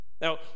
Now